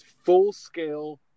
Full-scale